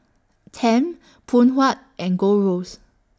Tempt Phoon Huat and Gold Roast